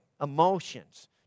emotions